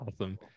Awesome